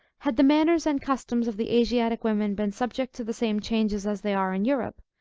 had the manners and customs of the asiatic women been subject to the same changes as they are in europe,